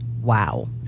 Wow